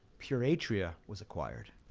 pure atria was acquired,